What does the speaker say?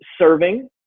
serving